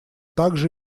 также